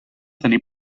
tenir